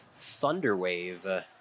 thunderwave